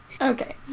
Okay